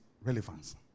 relevance